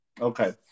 Okay